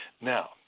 Now